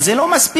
אבל זה לא מספיק,